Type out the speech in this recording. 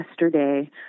Yesterday